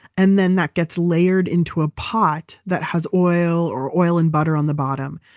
and then, that gets layered into a pot that has oil or oil and butter on the bottom.